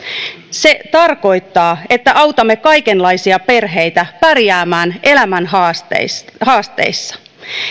se tarkoittaa että autamme kaikenlaisia perheitä pärjäämään elämän haasteissa haasteissa